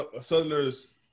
southerners